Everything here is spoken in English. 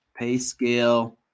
PayScale